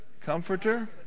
comforter